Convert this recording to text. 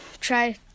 try